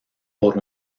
por